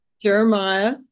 Jeremiah